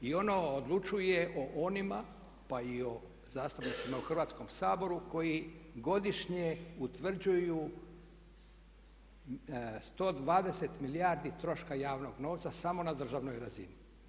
I ono odlučuje o onima pa i o zastupnicima u Hrvatskom saboru koji godišnje utvrđuju 120 milijardi troška javnog novca samo na državnoj razini.